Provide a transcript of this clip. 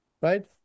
right